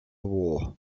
war